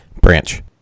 Branch